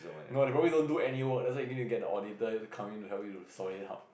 no they probably don't do any work that's why you need to get the auditor to come in to help you to sort it out